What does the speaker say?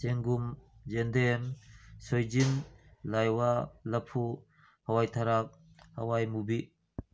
ꯆꯦꯡꯒꯨꯝ ꯌꯦꯟꯗꯦꯝ ꯁꯣꯏꯖꯤꯟ ꯂꯥꯏꯋꯥ ꯂꯐꯨ ꯍꯋꯥꯏ ꯊꯔꯥꯛ ꯍꯋꯥꯏ ꯃꯨꯕꯤ